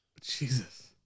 Jesus